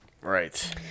Right